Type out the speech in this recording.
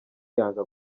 yanga